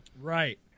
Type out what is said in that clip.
Right